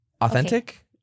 Authentic